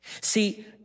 See